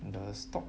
the stock